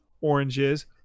oranges